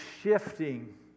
shifting